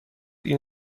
این